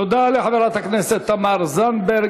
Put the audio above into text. תודה לחברת הכנסת תמר זנדברג.